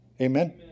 Amen